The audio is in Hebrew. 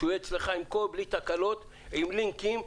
שיהיה אצלך בלי תקלות, עם לינקים.